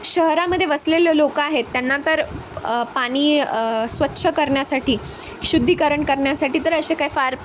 शहरामध्ये वसलेले लोकं आहेत त्यांना तर पाणी स्वच्छ करण्यासाठी शुद्धीकरण करण्यासाठी तर असे काही फार